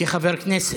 כחבר כנסת.